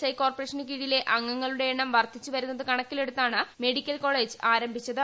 I കോർപ്പറേഷന് കീഴിലെ അംഗങ്ങളുടെ എണ്ണം വർദ്ധിച്ചുവരുന്നത് കണക്കിലെടുത്താണ് മെഡിക്കൽകോളേജ് ആരംഭിച്ചത്